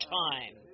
time